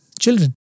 children